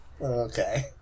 Okay